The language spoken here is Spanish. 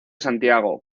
santiago